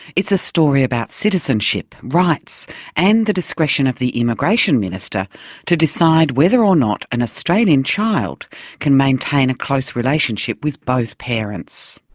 it's a story about citizenship, rights and the discretion of the immigration minister to decide whether or not an australian child can maintain a close relationship with both parents.